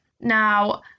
now